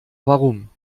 warum